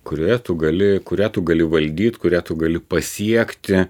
kurioje tu gali kurią tu gali valdyti kurią tu gali pasiekti